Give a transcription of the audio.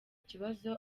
ikibazo